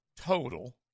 total